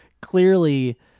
clearly